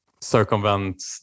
circumvent